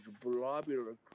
blobular